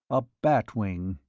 a bat wing,